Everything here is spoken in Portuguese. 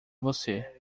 você